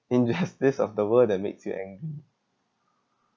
injustice of the world that makes you angry